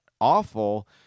awful